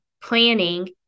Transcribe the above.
planning